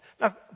Now